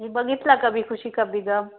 मी बघितला कभी खुशी कभी गम